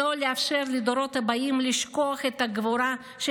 לא לאפשר לדורות הבאים לשכוח את הגבורה של